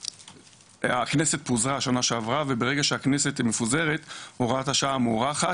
הכנסת פוזרה בשנה שעברה וברגע שהכנסת מפוזרת הוראת השעה מוארכת.